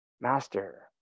Master